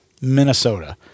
Minnesota